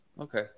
Okay